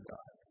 God